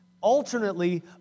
alternately